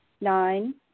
Nine